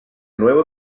nuevo